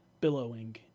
billowing